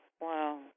Wow